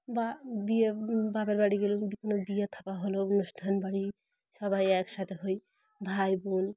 বা বিয়ে বাপের বাড়ি গলে কোনো বিয়ে থাকা হলো অনুষ্ঠান বাড়ি সবাই একসাথে হই ভাই বোন